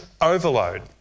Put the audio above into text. overload